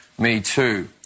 MeToo